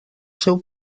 seu